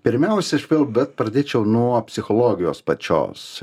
pirmiausia aš vėl bet pradėčiau nuo psichologijos pačios